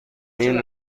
این